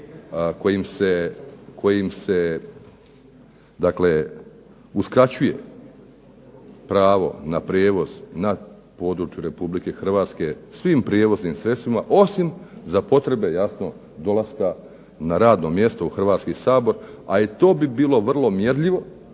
kojim se dakle uskraćuje pravo na prijevoz na području Republike Hrvatske svim prijevoznim sredstvima, osim za potrebe jasno dolaska na radno mjesto u Hrvatski sabor, a i to bi bilo vrlo mjerljivo,